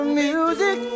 music